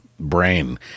brain